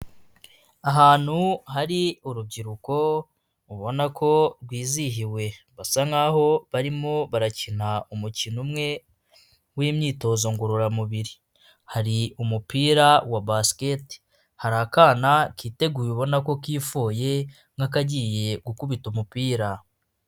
Ahantu hari urubyiruko ubona ko rwizihiwe basa naho barimo barakina umukino umwe w'imyitozo ngororamubiri, hari umupira wa basiketi hari akana kiteguye ubona ko kifoye nk'akagiye gukubita umupira.